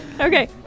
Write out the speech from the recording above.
Okay